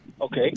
Okay